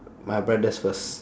my brothers first